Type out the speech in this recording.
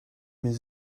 mes